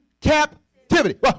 captivity